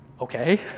Okay